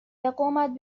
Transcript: قومت